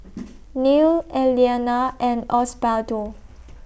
Neal Elianna and Osbaldo